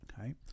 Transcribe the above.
okay